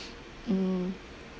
um